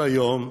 כל היום,